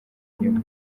inyuma